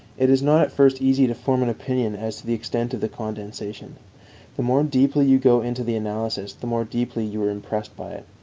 it is not at first easy to form an opinion as to the extent of the condensation the more deeply you go into the analysis, the more deeply you are impressed by it.